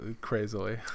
crazily